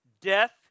death